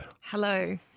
Hello